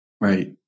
Right